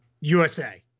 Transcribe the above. USA